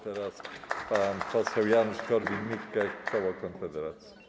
Teraz pan poseł Janusz Korwin-Mikke, koło Konfederacja.